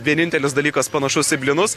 vienintelis dalykas panašus į blynus